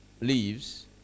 leaves